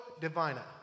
Divina